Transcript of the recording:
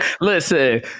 Listen